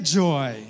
joy